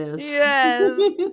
Yes